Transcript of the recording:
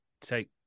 take